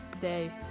day